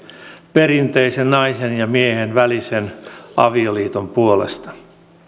perinteisen naisen ja miehen välisen avioliiton puolesta